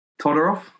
Todorov